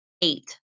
eight